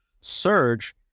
Surge